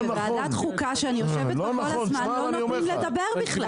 בוועדת חוקה שאני יושבת בה כל הזמן לא נותנים לדבר.